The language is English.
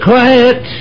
Quiet